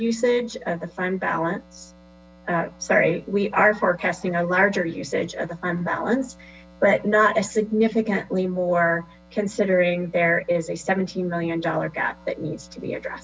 usage of the fund balance sorry we are forecasting a larger usage of the fund balance but not a significantly more considering there is a seventeen million dollar gap that needs to be addressed